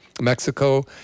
Mexico